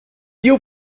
you